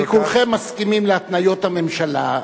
כי כולכם מסכימים להתניות הממשלה,